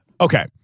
Okay